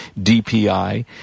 DPI